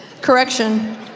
Correction